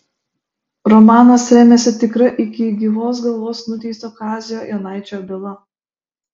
romanas remiasi tikra iki gyvos galvos nuteisto kazio jonaičio byla